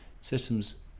systems